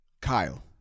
Kyle